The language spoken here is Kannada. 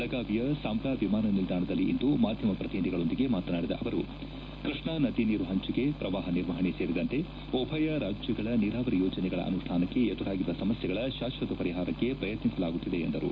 ಬೆಳಗಾವಿಯ ಸಾಂಬ್ರಾ ವಿಮಾಣ ನಿಲ್ದಾಣದಲ್ಲಿ ಇಂದು ಮಾಧ್ಯಮ ಪ್ರತಿನಿಧಿಗಳೊಂದಿಗೆ ಮಾತನಾಡಿದ ಅವರು ಕೃಷ್ಣಾ ನದಿ ನೀರು ಹಂಚಿಕೆ ಪ್ರವಾಹ ನಿರ್ವಹಣೆ ಸೇರಿದಂತೆ ಉಭಯ ರಾಜ್ಯಗಳ ನೀರಾವರಿ ಯೋಜನೆಗಳ ಅನುಷ್ಠಾನಕ್ಕೆ ಎದುರಾಗಿರುವ ಸಮಸ್ಯೆಗಳ ಶಾಶ್ವತ ಪರಿಹಾರಕ್ಕೆ ಪ್ರಯತ್ನಿಸಲಾಗುತ್ತಿದೆ ಎಂದರು